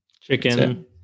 chicken